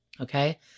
Okay